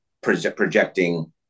projecting